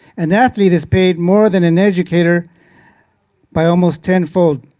an athlete is paid more than an educator by almost tenfold.